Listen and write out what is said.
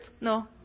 No